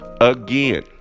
again